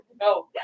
No